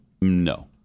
no